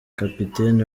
kapiteni